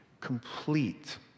complete